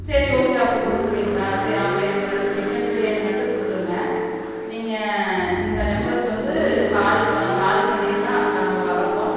சரி ஓகே அப்போ கொடுத்துருவீங்களா சரி அப்போ எனக்கு ரெண்டு சிக்கன் பிரியாணி மட்டும் கொடுத்துருங்க நீங்கள் இந்த நம்பருக்கு வந்து கால் கால் பண்ணிருங்க அந்த அங்கே வர்றப்போ